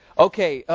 ok,